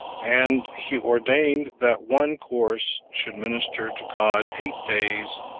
and he ordained that one course should minister to god eight days,